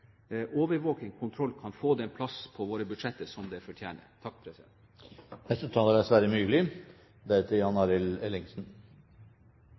kontroll kan få den plass på våre budsjetter som